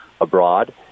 abroad